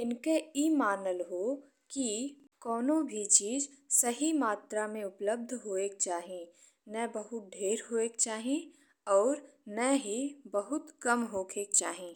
इनके वा मनल हो कि कवनो भी चीज़ सही मात्रा में उपलब्ध होइक चाही। न बहोत ढेर चाही होइक और न ही बहुत कम होइक चाही।